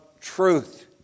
truth